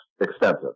extensive